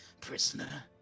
prisoner